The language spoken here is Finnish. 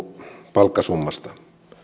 palkkasummasta